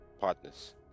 partners